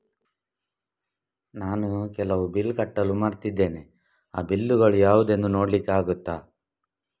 ನಾನು ಕೆಲವು ಬಿಲ್ ಕಟ್ಟಲು ಮರ್ತಿದ್ದೇನೆ, ಆ ಬಿಲ್ಲುಗಳು ಯಾವುದೆಂದು ನೋಡ್ಲಿಕ್ಕೆ ಆಗುತ್ತಾ?